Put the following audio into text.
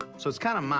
so it's kinda my